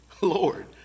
Lord